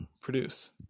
produce